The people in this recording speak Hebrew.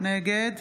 נגד